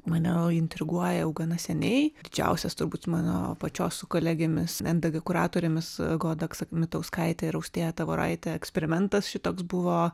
mane intriguoja jau gana seniai didžiausias turbūt mano pačios su kolegėmis ndg dekoratorėmis goda aksakmitauskaite ir austėja tavoraite eksperimentas šitoks buvo